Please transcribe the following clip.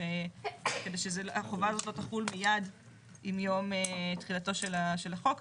כדי שהחובה הזאת לא תחול מיד עם יום תחילתו של החוק.